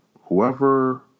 whoever